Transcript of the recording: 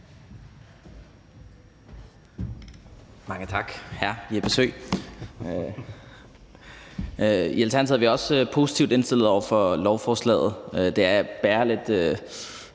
Mange tak, hr. Jeppe Søe. I Alternativet er vi også positivt indstillet over for lovforslaget. Det bærer